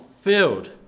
filled